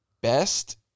Best